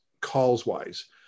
calls-wise